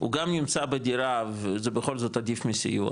הוא גם נמצא בדירה וזה בכל זאת עדיף מסיוע